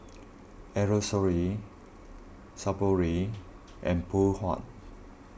Aerosoles Sephora and Phoon Huat